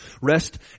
Rest